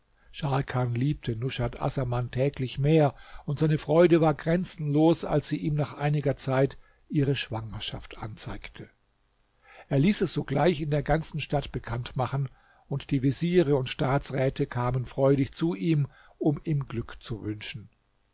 scharkan liebte nushat assaman täglich mehr und seine freude war grenzenlos als sie ihm nach einiger zeit ihre schwangerschaft anzeigte er ließ es sogleich in der ganzen stadt bekannt machen und die veziere und staatsräte kamen freudig zu ihm um ihm glück zu wünschen